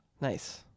Nice